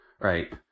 right